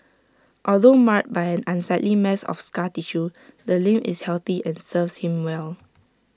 although marred by an unsightly mass of scar tissue the limb is healthy and serves him well